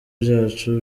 byacu